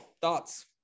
thoughts